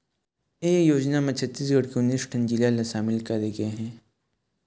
ए योजना म छत्तीसगढ़ के उन्नीस ठन जिला ल सामिल करे गे हे